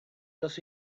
los